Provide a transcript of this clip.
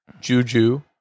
Juju